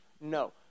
No